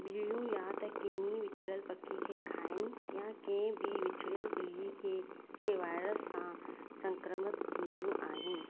ॿिलियूं या त किन्हीनि विछड़ियलु पखी खे खाइनि या कंहिं ॿी विछड़ियलु ॿिली जे वायरस सां संक्रमत थींदियूं आहिनि